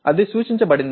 అది సూచించబడింది